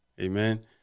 amen